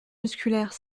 musculaires